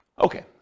Okay